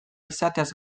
izateaz